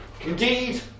Indeed